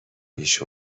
پیش